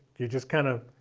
you're just kind of